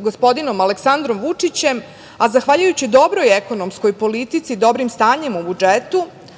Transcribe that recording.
gospodinom Aleksandrom Vučićem, a zahvaljujući dobroj ekonomskoj politici dobrim stanjem u budžetu